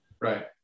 right